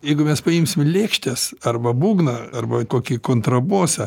jeigu mes paimsim lėkštės arba būgną arba kokį kontrabosą